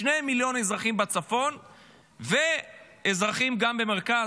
שני מיליון אזרחים בצפון ואזרחים גם במרכז,